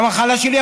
והמחלה שלי,